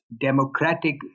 democratic